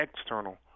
external